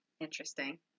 Interesting